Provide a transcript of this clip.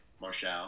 Marshall